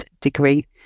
degree